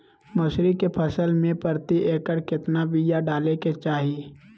मसूरी के फसल में प्रति एकड़ केतना बिया डाले के चाही?